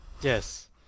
yes